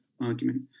argument